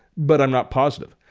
but i'm not positive.